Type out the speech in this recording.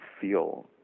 feel